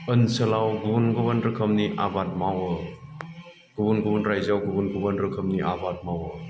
ओनसोलाव गुबुन गुबुन रोखोमनि आबाद मावो गुबुन गुबुन रायजोआव गुबुन गुबुन रोखोमनि आबाद मावो